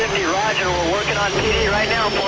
roger. we're working on pd right now